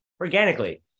organically